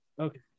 Okay